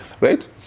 right